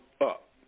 up